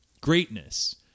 greatness